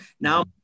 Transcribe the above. Now